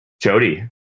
jody